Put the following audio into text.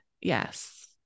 Yes